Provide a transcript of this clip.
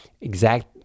exact